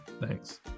Thanks